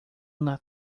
una